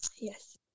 Yes